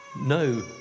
no